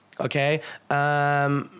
okay